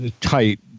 tight